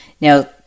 Now